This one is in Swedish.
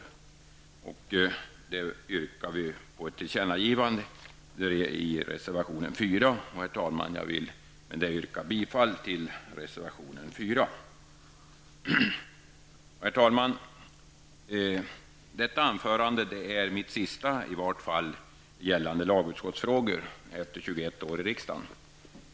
I reservation 4 yrkar vi på ett tillkännagivande till regeringen. Herr talman! Jag vill med det anförda yrka bifall till denna reservation. Herr talman! Detta anförande är mitt sista -- i varje fall gällande lagutskottsfrågor -- efter 21 år i riksdagen.